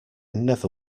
never